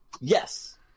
Yes